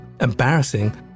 embarrassing